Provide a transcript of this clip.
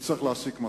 תצטרך להסיק מסקנות.